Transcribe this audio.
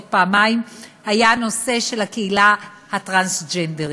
פעמיים היה הנושא של הקהילה הטרנסג'נדרית.